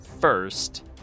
first